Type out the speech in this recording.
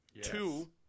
two